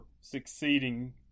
succeeding